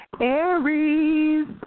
Aries